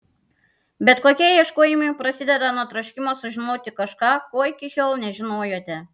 bet kokie ieškojimai prasideda nuo troškimo sužinoti kažką ko iki šiol nežinojote